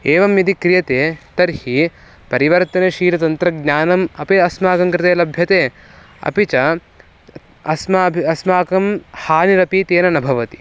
एवं यदि क्रियते तर्हि परिवर्तनशीलतन्त्रज्ञानम् अपि अस्माकं कृते लभ्यते अपि च अस्माभि अस्माकं हानिरपि तेन न भवति